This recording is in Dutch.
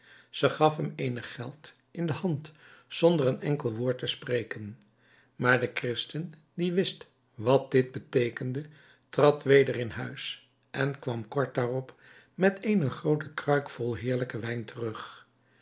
zij gaf hem eenig geld in de hand zonder een enkel woord te spreken maar de christen die wist wat dit beteekende trad weder in huis en kwam kort daarop met eene groote kruik vol heerlijken wijn terug